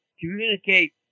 communicate